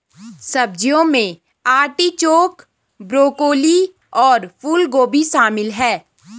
सब्जियों में artichoke, broccoli और फूलगोभी शामिल है